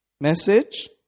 message